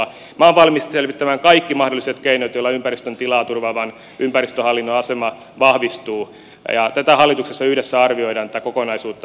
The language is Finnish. minä olen valmis selvittämään kaikki mahdolliset keinot joilla ympäristön tilaa turvaavan ympäristöhallinnon asema vahvistuu ja hallituksessa yhdessä arvioidaan tätä kokonaisuutta aluehallinnon osalta